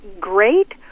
great